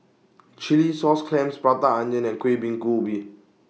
Chilli Sauce Clams Prata Onion and Kuih Bingka Ubi